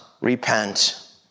repent